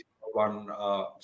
one